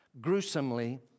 gruesomely